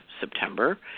September